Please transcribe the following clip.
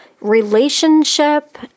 relationship